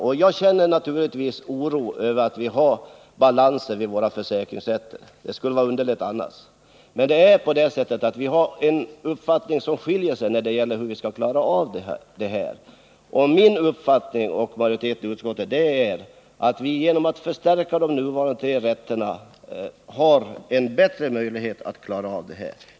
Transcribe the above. Givetvis känner jag oro inför målbalanserna vid våra försäkringsrätter — det skulle vara underligt om jag inte gjorde det. Men nu har vi olika uppfattningar om hur vi skall klara av detta. Enligt min och utskottsmajoritetens uppfattning skulle en förstärkning av de nuvarande tre försäkringsrätterna innebära bättre möjligheter för oss att klara av den frågan.